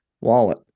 wallet